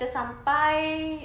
kita sampai